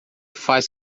faz